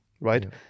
right